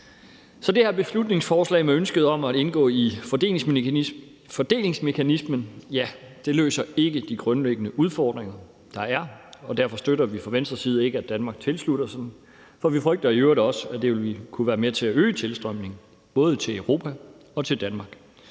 Så det her beslutningsforslag med ønsket om at indgå i fordelingsmekanismen løser ikke de grundlæggende udfordringer, der er, og derfor støtter vi fra Venstres side ikke, at Danmark tilslutter sig den, for vi frygter i øvrigt også, at det kunne være med til at øge tilstrømningen, både til Europa og til Danmark.